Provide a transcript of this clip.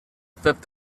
fifth